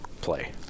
play